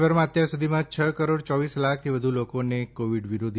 દેશભરમાં અત્યાર સુધીમાં છ કરોડ ચોવીસ લાખથી વધુ લોકોને કોવિડ વિરોધી